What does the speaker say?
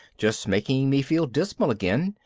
just making me feel dismal again,